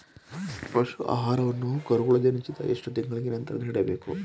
ಪಶು ಆಹಾರವನ್ನು ಕರುಗಳು ಜನಿಸಿದ ಎಷ್ಟು ತಿಂಗಳ ನಂತರ ನೀಡಬೇಕು?